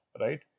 Right